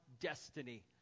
destiny